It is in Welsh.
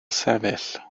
sefyll